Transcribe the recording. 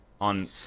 on